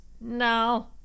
no